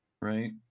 right